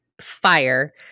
fire